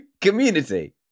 Community